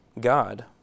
God